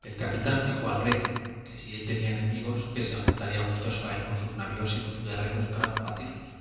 el capitán dijo al rey que si él tenía enemigos que se juntaría gustoso a él con sus navios y sus guerreros para combatirlos